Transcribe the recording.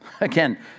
Again